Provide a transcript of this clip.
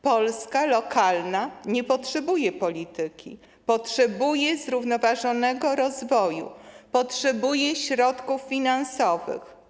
Polska lokalna nie potrzebuje polityki, potrzebuje zrównoważonego rozwoju, potrzebuje środków finansowych.